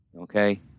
okay